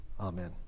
amen